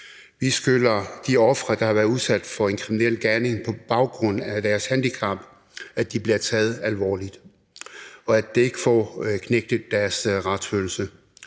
Vi skylder de ofre, der har været udsat for en kriminel gerning på baggrund af deres handicap, at de bliver taget alvorligt, og at de ikke får knægtet deres retsfølelse.